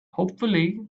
hopefully